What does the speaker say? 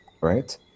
right